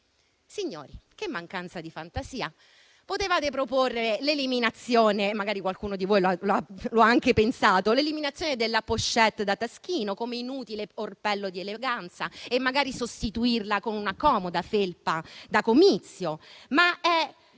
Signori, che mancanza di fantasia. Potevate proporre - magari qualcuno di voi lo ha anche pensato - l'eliminazione della *pochette* da taschino come inutile orpello di eleganza, per sostituirla con una comoda felpa da comizio. Ma è